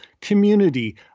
community